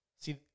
See